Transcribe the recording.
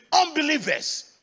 unbelievers